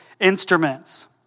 instruments